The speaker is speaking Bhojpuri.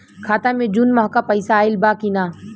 खाता मे जून माह क पैसा आईल बा की ना?